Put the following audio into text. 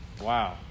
Wow